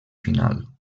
final